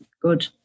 Good